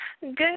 Good